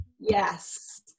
Yes